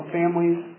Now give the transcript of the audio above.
families